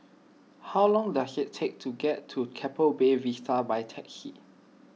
how long does it take to get to Keppel Bay Vista by taxi